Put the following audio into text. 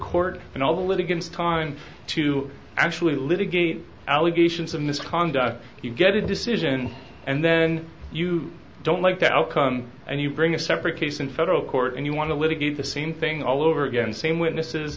court and all the litigants time to actually litigate allegations of misconduct you get a decision and then you don't like the outcome and you bring a separate case in federal court and you want to litigate the same thing all over again same witnesses